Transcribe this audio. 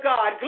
God